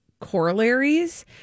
corollaries